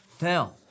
Now